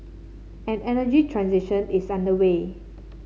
an energy transition is underway